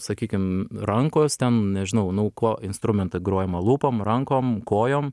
sakykim rankos ten nežinau nu ko instrumentą grojama lūpom rankom kojom